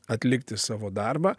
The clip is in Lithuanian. atlikti savo darbą